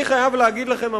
אני חייב להגיד לכם,